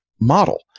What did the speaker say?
model